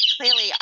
clearly